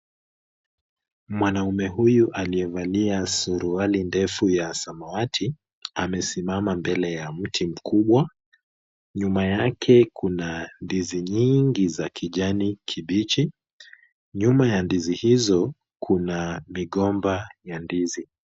Mwanaume huyu aliyevalia suruali ndefu ya samati, amesimama mbele ya mti mkubwa. Nyuma yake kuna ndizi nyingi za kijani kibichi. Nyuma ya ndizi hizo kuna migomba ya ndizi.